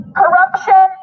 corruption